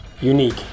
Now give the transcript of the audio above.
Unique